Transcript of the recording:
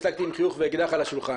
השגתי עם חיוך ואקדח על השולחן,